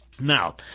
Now